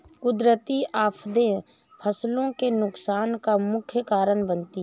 कुदरती आफतें फसलों के नुकसान का मुख्य कारण बनती है